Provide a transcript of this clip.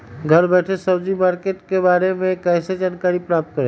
घर बैठे सब्जी मार्केट के बारे में कैसे जानकारी प्राप्त करें?